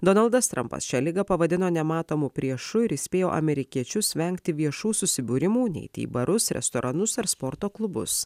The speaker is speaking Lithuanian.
donaldas trampas šią ligą pavadino nematomu priešu ir įspėjo amerikiečius vengti viešų susibūrimų neiti į barus restoranus ar sporto klubus